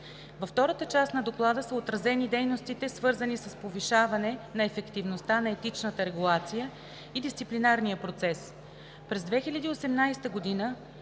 Във втората част на Доклада са отразени дейностите, свързани с повишаване на ефективността на етичната регулация и дисциплинарния процес.